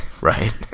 Right